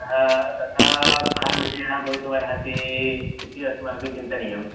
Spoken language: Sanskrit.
अतः तथा कः विषयः भवितुम् अर्हति इति अस्माभिः चिन्तनीयम्